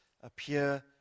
appear